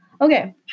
Okay